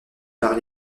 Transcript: par